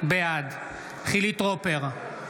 בעד חילי טרופר,